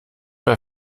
bei